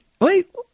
wait